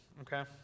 Okay